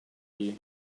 you